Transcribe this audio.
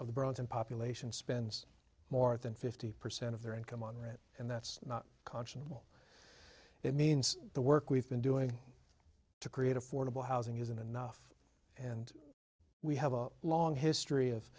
of the bronson population spends more than fifty percent of their income on rent and that's not conscionable it means the work we've been doing to create affordable housing isn't enough and we have a long history of